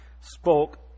spoke